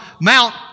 Mount